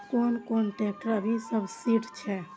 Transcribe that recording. कोन कोन ट्रेक्टर अभी सब्सीडी छै?